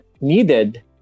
needed